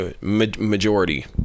majority